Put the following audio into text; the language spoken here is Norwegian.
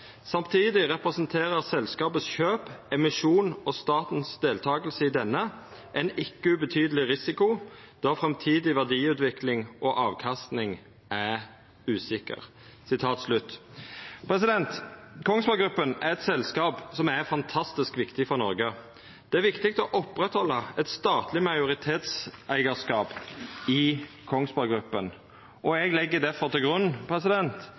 statens deltakelse i denne en ikke ubetydelig risiko, da fremtidig verdiutvikling og avkastning er usikker.» Kongsberg Gruppen er eit selskap som er fantastisk viktig for Noreg. Det er viktig å oppretthalda eit statleg majoritetseigarskap i Kongsberg Gruppen, og eg legg difor til grunn